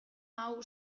hau